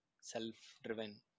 self-driven